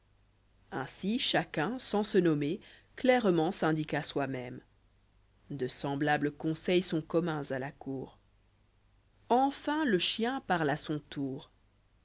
ainsi chacun saris se nommer clairement's'indiqua soi-même de sefûblables conseils sont communs à la cour enfin le chien parle à son tour